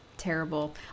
terrible